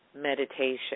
meditation